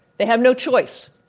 they have no choice.